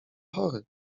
chory